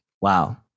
wow